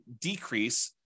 decrease